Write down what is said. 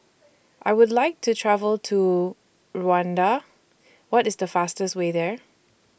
I Would like to travel to Rwanda What IS The fastest Way There